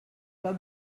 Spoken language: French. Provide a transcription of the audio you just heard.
pas